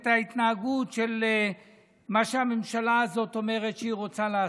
את ההתנהגות של מה שהממשלה הזאת אומרת שהיא רוצה לעשות.